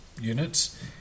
units